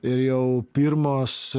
ir jau pirmos